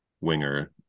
winger